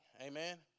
amen